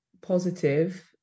positive